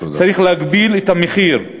צריך להגביל את המחיר.